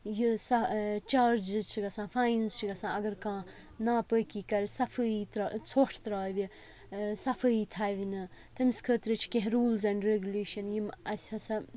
یہِ سا جِز چھِ گَژھان فاینٕز چھِ گَژھان اگر کانٛہہ نا پٲکی کَرِ صفٲیی ترٛا ژھۄٹھ ترٛاوِ صفٲیی تھاوِنہٕ تٔمِس خٲطرٕ چھِ کینٛہہ روٗلٕز اینڈ ریگوٗلیشَن یِم اَسہِ ہَسا